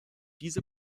diese